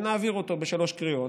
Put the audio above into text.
ונעביר אותו בשלוש קריאות,